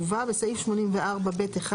בסעיף 84(ב1)